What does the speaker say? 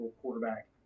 quarterback